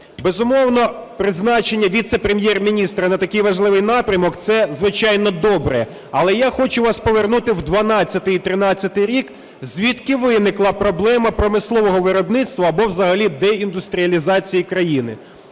Безумовно, призначення віце-прем'єр-міністра на такий важливий напрямок – це, звичайно, добре. Але я хочу вас повернути в 12-й і 13-й рік звідки виникла проблема промислового виробництва або взагалі деіндустріалізації країни.